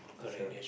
sure